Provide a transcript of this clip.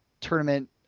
tournament